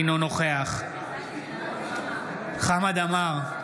אינו נוכח חמד עמאר,